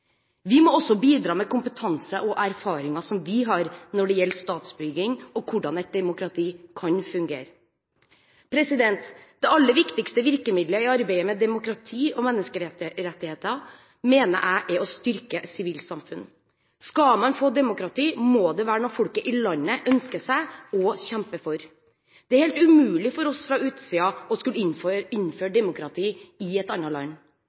Vi må også bidra med kompetansen og erfaringen vi har når det gjelder statsbygging og hvordan et demokrati kan fungere. Det aller viktigste virkemidlet i arbeidet med demokrati og menneskerettigheter mener jeg er å styrke sivilsamfunnet. Skal man få demokrati, må det være noe folket i landet ønsker seg og kjemper for. Det er helt umulig for oss fra utsiden å skulle innføre demokrati i et annet land.